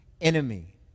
enemy